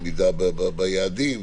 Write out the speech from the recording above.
עמידה ביעדים,